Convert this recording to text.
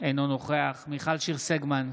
אינו נוכח מיכל שיר סגמן,